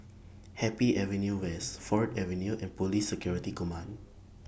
Happy Avenue West Ford Avenue and Police Security Command